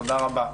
תודה רבה.